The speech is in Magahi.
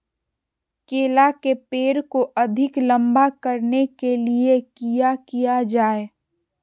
केला के पेड़ को अधिक लंबा करने के लिए किया किया जाए?